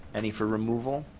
any for removal?